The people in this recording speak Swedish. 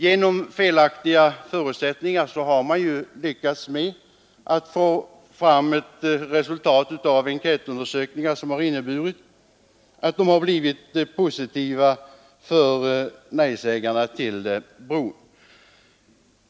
Genom felaktiga förutsättningar har man nu lyckats med att få fram ett resultat av enkätundersökningar som blivit positivt för nejsägarna till bron.